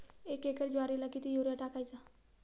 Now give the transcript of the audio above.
एक एकर ज्वारीला किती युरिया टाकायचा?